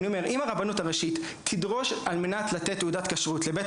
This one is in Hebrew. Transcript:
אם הרבנות הראשית תדרוש על מנת לתת תעודת כשרות לבית